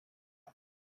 vous